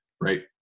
right